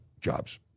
jobs